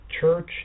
church